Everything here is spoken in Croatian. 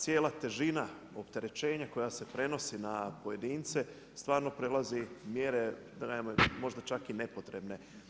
Cijela težina opterećenja koja se prenosi na pojedince stvarno prelazi mjere da kažem možda čak i nepotrebne.